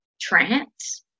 trance